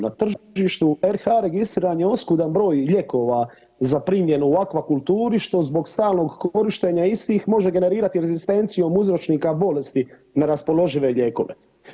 Na tržištu RH registriran je oskudan broj lijekova za primjenu u akvakulturi što zbog stalnog korištenja istih može generirati … [[ne razumije se]] uzročnika bolesti na raspoložive lijekove.